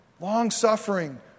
Long-suffering